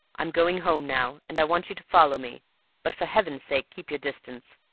i'm going home now, and i want you to follow me but for heaven's sake keep your distance,